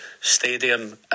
stadium